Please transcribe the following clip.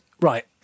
right